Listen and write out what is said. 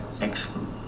Excellent